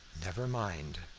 never mind,